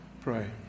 pray